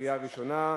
קריאה ראשונה.